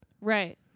Right